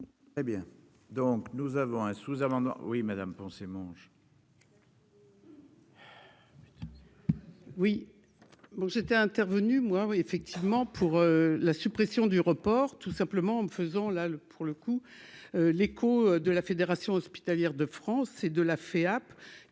Hé bien. Donc nous avons un sous-amendement oui madame. Oui, bon, j'étais intervenu moi oui effectivement pour la suppression du report tout simplement en faisant là pour le coup, l'écho de la Fédération hospitalière de France et de la FEHAP,